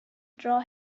draw